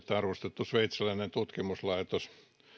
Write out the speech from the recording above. arvostettu sveitsiläinen tutkimuslaitos